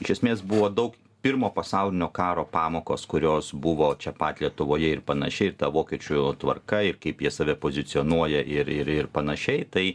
iš esmės buvo daug pirmo pasaulinio karo pamokos kurios buvo čia pat lietuvoje ir panašiai ir ta vokiečių tvarka ir kaip jie save pozicionuoja ir ir ir panašiai tai